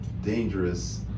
dangerous